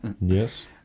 Yes